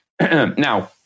now